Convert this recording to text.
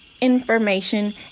information